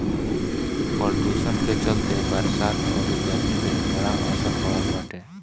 प्रदुषण के चलते बरसात अउरी गरमी पे बड़ा असर पड़ल बाटे